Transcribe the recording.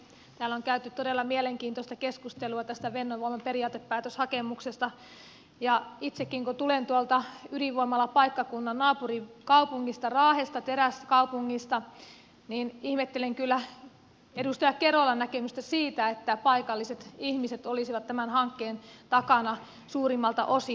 täällä on käyty todella mielenkiintoista keskustelua tästä fennovoiman periaatepäätöshakemuksesta ja itsekin kun tulen tuolta ydinvoimalapaikkakunnan naapurikaupungista raahesta teräskaupungista ihmettelen kyllä edustaja kerolan näkemystä siitä että paikalliset ihmiset olisivat tämän hankkeen takana suurimmalta osin